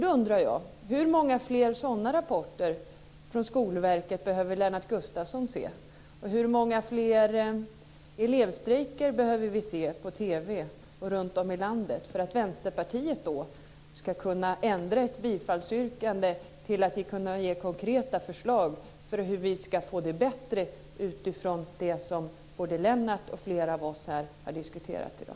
Jag undrar: Hur många fler sådana här rapporter från Skolverket behöver Lennart Gustavsson få och hur många fler elevstrejker runtom i landet måste vi se på TV innan Vänsterpartiet ändrar sitt bifallsyrkande till konkreta förslag om förbättring av det som Lennart och flera av oss har diskuterat i dag?